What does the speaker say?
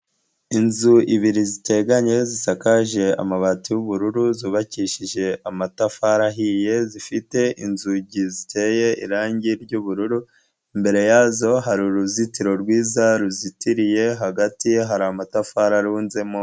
Inzu ibiri ziteganye, zisakaje amabati y'ubururu, zubakishije amatafari ahiye, zifite inzugi ziteye irangi ry'ubururu, imbere yazo hari uruzitiro rwiza ruzitiriye, hagati hari amatafari arunzemo.